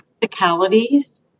practicalities